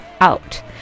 out